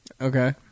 Okay